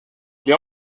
les